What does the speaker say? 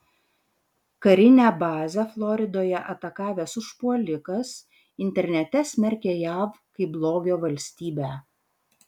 karinę bazę floridoje atakavęs užpuolikas internete smerkė jav kaip blogio valstybę